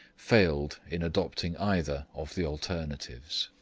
failed in adopting either of the alternatives.